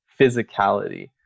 physicality